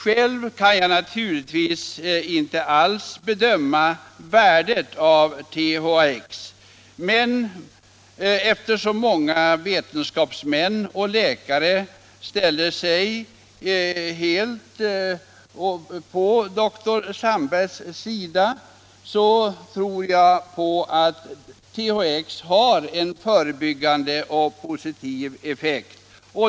Själv kan jag naturligtvis inte alls bedöma värdet av THX. Men eftersom så många vetenskapsmän och läkare ställer sig helt på dr Sandbergs sida, så tror jag på att THX har en förebyggande och = positiv effekt.